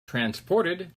transported